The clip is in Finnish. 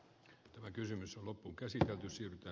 hyvä kysymys on loppuunkäsitelty syvintä